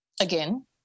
Again